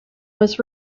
was